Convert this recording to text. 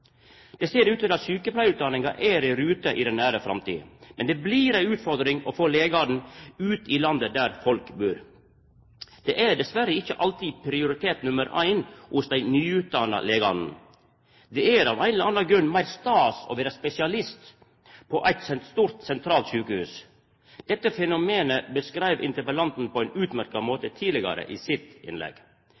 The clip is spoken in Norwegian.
Det ser ut til at sjukepleiarutdaninga er i rute i den nære framtida, men det blir ei utfordring å få legane ut i landet, der folk bur. Det er dessverre ikkje alltid prioritet nummer ein hos dei nyutdanna legane. Det er av ein eller annan grunn meir stas å vera spesialist på eit stort sentralt sjukehus. Dette fenomenet beskreiv interpellanten på ein utmerkt måte tidlegare i sitt innlegg.